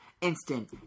instant